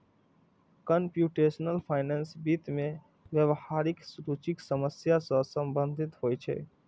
computational finance वित्त मे व्यावहारिक रुचिक समस्या सं संबंधित होइ छै